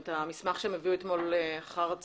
את המסמך שהם הביאו אתמול אחר הצהריים.